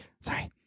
Sorry